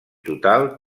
total